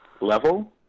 level